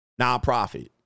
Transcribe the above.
Nonprofit